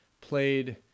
played